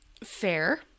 Fair